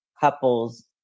couples